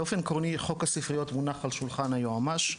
באופן עקרוני חוק הספריות מולחן על שולחן היועמ"ש,